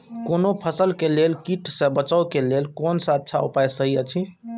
कोनो फसल के लेल कीट सँ बचाव के लेल कोन अच्छा उपाय सहि अछि?